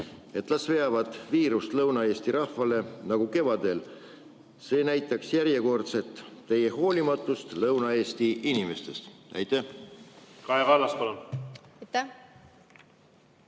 et las veavad viirust Lõuna-Eesti rahvale nagu kevadel? See näitaks järjekordselt teie hoolimatust Lõuna-Eesti inimeste suhtes.